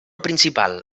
principal